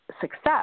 success